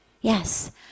Yes